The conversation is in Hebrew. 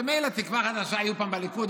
מילא תקווה חדשה היו פעם בליכוד,